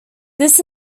this